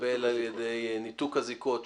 ניתוק הזיקות,